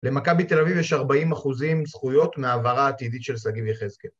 למכבי תל אביב יש ארבעים אחוזים זכויות מהעברה עתידית של שגיב יחזקאל.